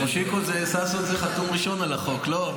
ששון חתום ראשון על החוק, לא?